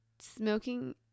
smoking